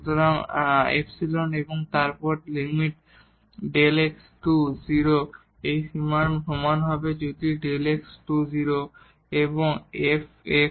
সুতরাং ϵ এবং তারপর limit Δ x → 0 এখানে এই সীমার সমান হবে Δ x → 0 এবং f −L